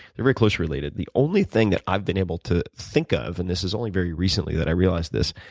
they are very closely related. the only thing that i've been able to think of, and this is only very recently that i realized this,